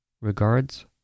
Regards